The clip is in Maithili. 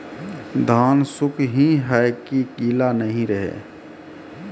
धान सुख ही है की गीला नहीं रहे?